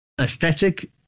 aesthetic